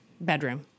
bedroom